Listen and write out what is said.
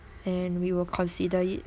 and we will consider it ya